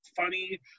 funny